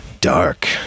dark